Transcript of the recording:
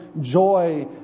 joy